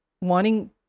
wanting